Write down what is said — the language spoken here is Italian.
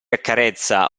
accarezza